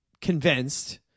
convinced